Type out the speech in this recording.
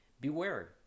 Beware